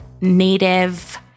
native